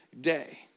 day